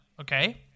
okay